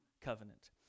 covenant